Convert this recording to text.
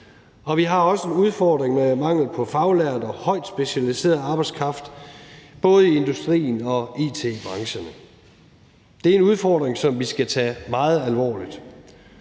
Vi har også en udfordring med mangel på faglært og højt specialiseret arbejdskraft både i industrien og it-branchen. Det er en udfordring, som vi skal tage meget alvorligt.